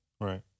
right